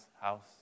house